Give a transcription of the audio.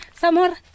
Samor